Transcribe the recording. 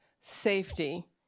safety